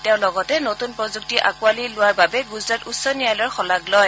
তেওঁ লগতে নতুন প্ৰযুক্তি আঁকোৱালি লোৱাৰ বাবে গুজৰাট উচ্চ ন্যায়ালয়ৰ শলাগ লয়